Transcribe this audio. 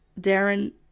Darren